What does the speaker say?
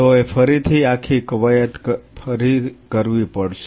તેઓએ ફરીથી આખી કવાયત ફરી કરવી પડશે